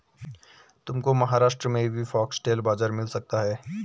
तुमको महाराष्ट्र में भी फॉक्सटेल बाजरा मिल सकता है